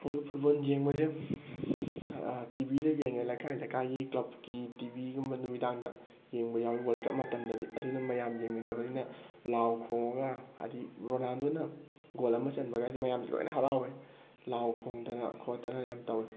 ꯑꯗꯒꯤ ꯐꯨꯠꯕꯣꯜ ꯌꯦꯡꯕꯁꯦ ꯇꯤꯚꯤꯗ ꯌꯦꯡꯉꯦ ꯂꯩꯀꯥꯏ ꯂꯩꯀꯥꯏꯒꯤ ꯀ꯭ꯂꯕꯀꯤ ꯇꯤꯚꯤꯒꯨꯝꯕ ꯅꯨꯃꯤꯗꯥꯡꯗ ꯌꯦꯡꯕ ꯌꯥꯎꯋꯤ ꯋꯥꯔꯜ ꯀꯞ ꯃꯇꯝꯗꯗꯤ ꯑꯗꯨꯅ ꯃꯌꯥꯝ ꯌꯦꯡꯃꯤꯟꯅꯕꯅꯤꯅ ꯂꯥꯎ ꯈꯣꯡꯉꯒ ꯍꯥꯏꯗꯤ ꯔꯣꯅꯥꯜꯗꯣꯅ ꯒꯣꯜ ꯑꯃ ꯆꯟꯕꯒꯁꯦ ꯃꯌꯥꯝ ꯂꯣꯏꯅ ꯍꯔꯥꯎꯋꯦ ꯂꯥꯎ ꯈꯣꯡꯗꯅ ꯈꯣꯠꯇꯅ ꯌꯥꯝ ꯇꯧꯋꯦ